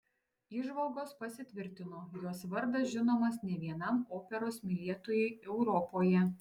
įžvalgos pasitvirtino jos vardas žinomas ne vienam operos mylėtojui europoje